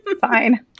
fine